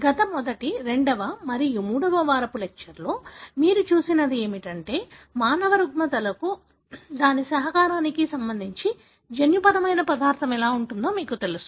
గత మొదటి రెండవ మరియు మూడవ వార లెక్చర్లలో మీరు చూసినది ఏమిటంటే మానవ రుగ్మతలకు దాని సహకారానికి సంబంధించి జన్యుపరమైన పదార్థం ఎలా ఉందో మీకు తెలుసు